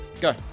Go